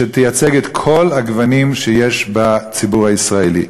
שתייצג את כל הגוונים שיש בציבור הישראלי.